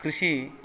ಕೃಷಿ